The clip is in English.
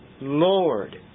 Lord